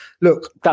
Look